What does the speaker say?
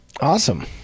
Awesome